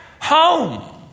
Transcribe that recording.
home